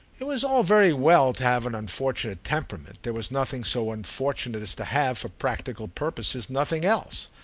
it was all very well to have an unfortunate temperament there was nothing so unfortunate as to have, for practical purposes, nothing else.